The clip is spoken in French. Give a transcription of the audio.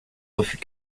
refus